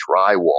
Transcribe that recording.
drywall